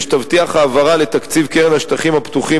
שתבטיח העברה לתקציב קרן השטחים הפתוחים,